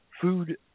food